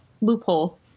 loophole